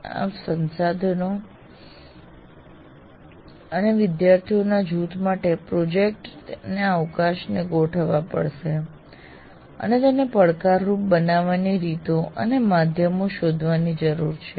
આપે સંસાધનો અને વિદ્યાર્થીઓના જૂથ માટે પ્રોજેક્ટ ના અવકાશને ગોઠવવા પડશે અને તેને પડકારરૂપ બનાવવાની રીતો અને માધ્યમો શોધવાની જરૂર છે